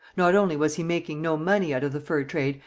not only was he making no money out of the fur trade,